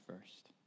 first